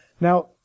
Now